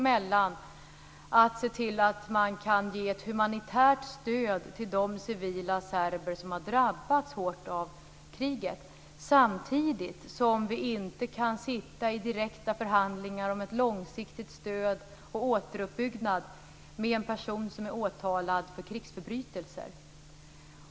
Det handlar om att se till att man kan ge ett humanitärt stöd till de civila serber som har drabbats hårt av kriget samtidigt som vi inte kan sitta i direkta förhandlingar om ett långsiktigt stöd och om en återuppbyggnad med en person som är åtalad för krigsförbrytelser.